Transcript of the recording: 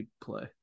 play